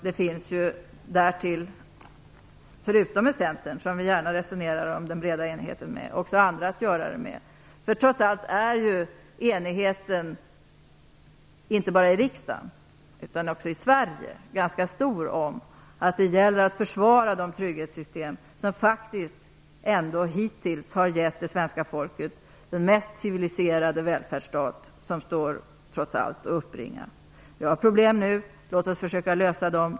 Det finns därtill förutom i Centern, som vi gärna resonerar om den breda enigheten med, andra att resonera med. Enigheten inte bara i riksdagen utan också i Sverige är trots allt ganska stor om att det gäller att försvara de trygghetssystem som faktiskt ändå hittills har gett det svenska folket den mest civiliserade välfärdsstat som står att uppbringa. Vi har nu problem, men låt oss försöka lösa dem.